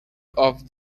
off